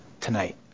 tonight